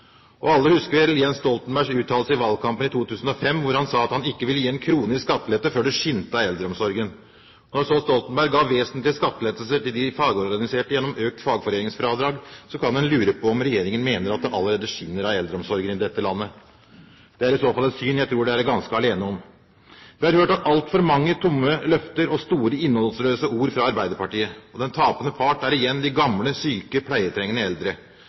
og alle husker Jens Stoltenbergs uttalelse i valgkampen i 2005 hvor han sa at han ikke ville gi en krone i skattelette før det skinte av eldreomsorgen. Når så Stoltenberg ga vesentlige skattelettelser til de fagorganiserte gjennom økt fagforeningsfradrag, kan en lure på om regjeringen mener at det allerede skinner av eldreomsorgen i dette landet. Det er i så fall et syn jeg tror de er ganske alene om. Vi har hørt altfor mange tomme løfter og store innholdsløse ord fra Arbeiderpartiet. Den tapende part er igjen de gamle, syke og pleietrengende eldre.